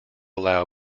allow